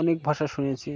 অনেক ভাষা শুনেছি